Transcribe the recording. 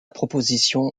proposition